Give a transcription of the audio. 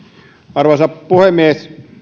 arvoisa puhemies tosiaan